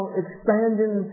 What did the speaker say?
expanding